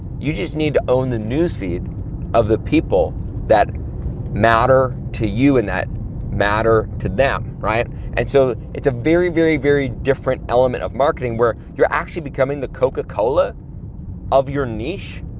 you just need to own the newsfeed of the people that matter to you, and that matter to them, right. and so, it's a very, very, very different element of marketing where you're actually becoming the coca-cola of your niche,